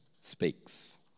speaks